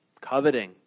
coveting